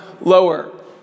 lower